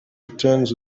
returns